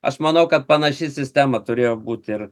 aš manau kad panaši sistema turėjo būti ir